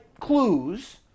clues